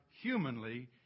humanly